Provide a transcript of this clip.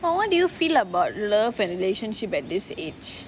well what do you feel about love and relationship at this age